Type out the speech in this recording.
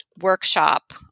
workshop